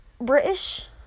British